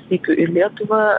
sykiu į lietuvą